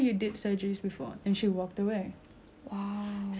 saya macam tercungap tu kan so I tak tahu nak buat apa